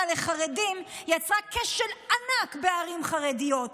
לחרדים יצרה כשל ענק בערים חרדיות: